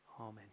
Amen